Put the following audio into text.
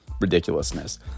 ridiculousness